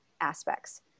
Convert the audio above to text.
aspects